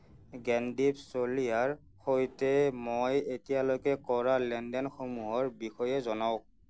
জ্ঞানদীপ চলিহাৰ সৈতে মই এতিয়ালৈকে কৰা লেন দেনসমূহৰ বিষয়ে জনাওক